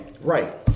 Right